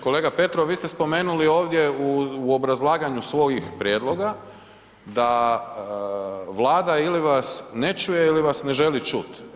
Kolega Petrov, vi ste spomenuli ovdje u obrazlaganju svojih prijedloga, da Vlada ili vas ne čuje ili vas ne želi čuti.